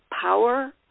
power